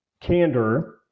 candor